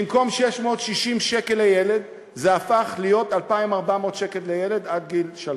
במקום 660 שקל לילד זה הפך להיות 2,400 שקל לילד עד גיל שלוש.